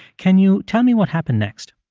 can you tell me what happened next?